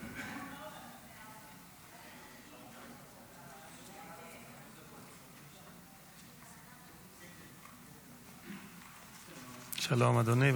שלום, אדוני.